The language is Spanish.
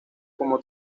como